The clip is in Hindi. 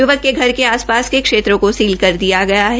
युवक के घर के आस शास के क्षेत्रों को सील किया जा रहा है